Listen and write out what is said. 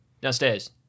Downstairs